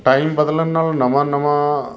time ਬਦਲਣ ਨਾਲ ਨਵਾਂ ਨਵਾਂ